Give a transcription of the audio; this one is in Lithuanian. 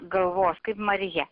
galvos kaip marija